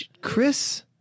Chris